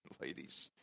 ladies